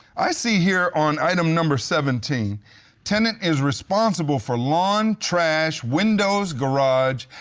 i see here on item number seventeen tenant is responsible for lawn, trash, windows, garage,